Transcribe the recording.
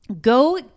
Go